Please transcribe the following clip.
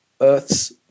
Earth's